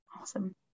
awesome